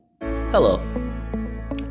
Hello